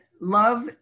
love